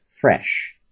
fresh